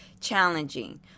challenging